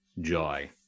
joy